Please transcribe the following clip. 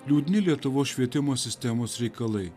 liūdni lietuvos švietimo sistemos reikalai